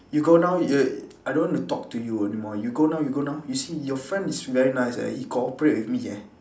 you go now you I don't want to talk to you anymore you go now you go now you see your friend is very nice eh he cooperate with me eh